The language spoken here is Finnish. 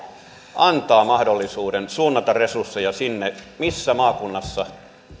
antaa mahdollisuuden suunnata resursseja sinne missä niitä maakunnassa